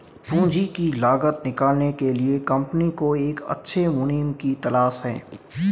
पूंजी की लागत निकालने के लिए कंपनी को एक अच्छे मुनीम की तलाश है